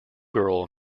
girl